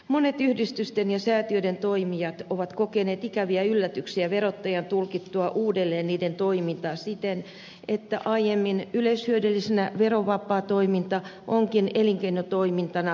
monet yhdistysten ja säätiöiden toimijat ovat kokeneet ikäviä yllätyksiä verottajan tulkittua uudelleen niiden toimintaa siten että aiemmin yleishyödyllisenä verovapaa toiminta onkin elinkeinotoimintana veronalaista